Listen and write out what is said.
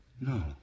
No